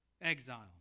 exile